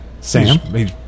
Sam